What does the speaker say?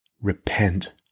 Repent